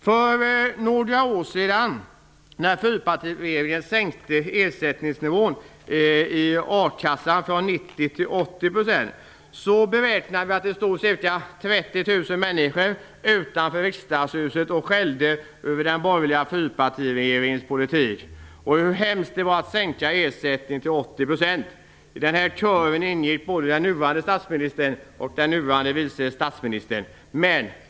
För några år sedan, när fyrpartiregeringen sänkte ersättningsnivån i a-kassan från 90 till 80 %, beräknade vi att det stod ca 30 000 människor utanför Riksdagshuset och skällde på den borgerliga fyrpartiregeringens politik och över hur hemskt det var att vi ville sänka ersättningen till 80 %. I den här kören ingick både den nuvarande statsministern och den nuvarande vice statsministern.